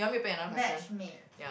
match make